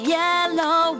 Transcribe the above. yellow